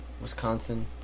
Wisconsin